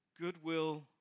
goodwill